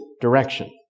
direction